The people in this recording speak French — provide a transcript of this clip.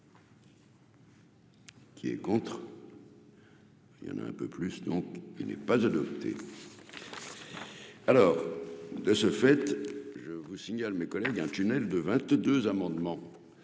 Qui est contre. Il y en a un peu plus, donc il n'est pas adopté alors de ce fait, je vous signale mes collègues un tunnel de 22 amendements